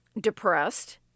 depressed